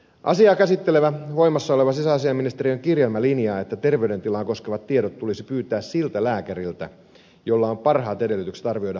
asiaa käsittelevä voimassa oleva sisäasiainministeriön kirjelmä linjaa että terveydentilaa koskevat tiedot tulisi pyytää siltä lääkäriltä jolla on parhaat edellytykset arvioida hakijan terveydentilaa